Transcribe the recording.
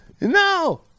No